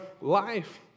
life